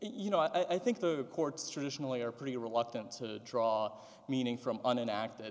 you know i think the courts traditionally are pretty reluctant to draw meaning from an act that